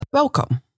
Welcome